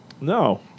No